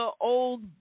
old